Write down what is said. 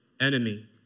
enemy